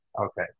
Okay